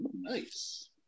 nice